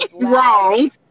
Wrong